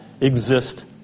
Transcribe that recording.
exist